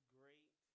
great